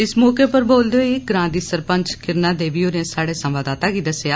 इस मौके उप्पर बोलदे होई ग्रां दी सरपंच किरणा देवी होरें साहडे संवाददाता गी दस्सेआ